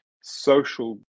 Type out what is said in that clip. social